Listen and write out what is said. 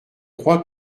crois